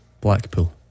Blackpool